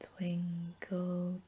twinkle